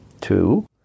Two